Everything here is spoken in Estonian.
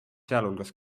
sealhulgas